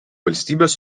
valstybės